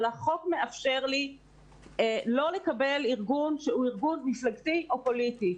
אבל החוק מאפשר לי לא לקבל ארגון שהוא ארגון מפלגתי או פוליטי.